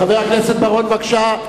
חבר הכנסת בר-און, בבקשה.